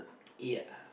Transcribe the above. ya